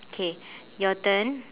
K your turn